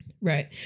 Right